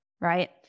right